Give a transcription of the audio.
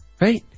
Right